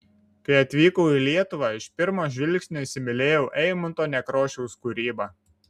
kai atvykau į lietuvą iš pirmo žvilgsnio įsimylėjau eimunto nekrošiaus kūrybą